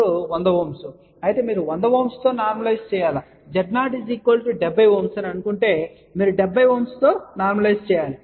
Z0 100 Ω అయితే మీరు 100 తో నార్మలైస్ చేయాలి Z0 70Ω అని అనుకుంటే మీరు 70 Ω తో నార్మలైస్ చేయాలి